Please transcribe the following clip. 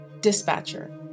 Dispatcher